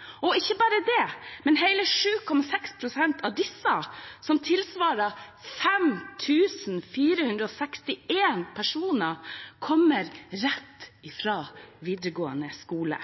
som ikke er utdannet lærer. Og ikke bare det, men hele 7,6 pst. av disse, som tilsvarer 5 461 personer, kommer rett fra videregående skole.